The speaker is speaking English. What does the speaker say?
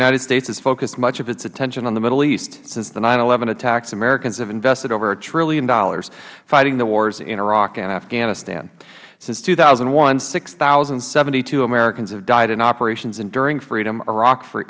united states has focused much of its attention on the middle east since the attacks americans have invested over a trillion dollars fighting the wars in iraq and afghanistan since two thousand and one six thousand and seventy two americans have died in operations enduring freedom iraqi free